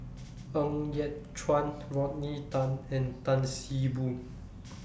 Ng Yat Chuan Rodney Tan and Tan See Boo